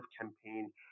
campaign